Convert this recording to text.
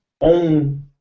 own